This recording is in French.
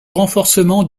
renforcement